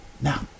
Now